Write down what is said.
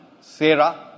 Sarah